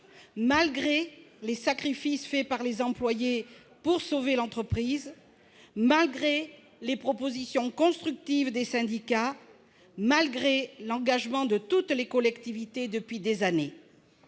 malgré les sacrifices faits par les employés pour sauver l'entreprise, malgré les propositions constructives des syndicats, malgré l'engagement de toutes les collectivités depuis des années